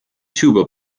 tuba